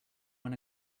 when